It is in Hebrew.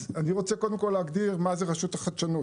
אז אני רוצה קודם כל להגדיר מה היא רשות החדשנות.